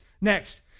Next